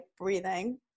breathing